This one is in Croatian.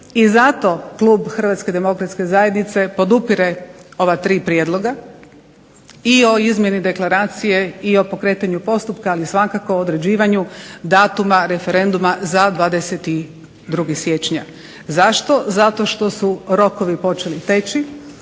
I zato klub Hrvatske demokratske zajednice podupire ova tri prijedloga i o izmjeni deklaracije i o pokretanju postupka, ali svakako određivanju datuma referenduma za 22. siječnja. Zašto? Zato što su rokovi počeli teći.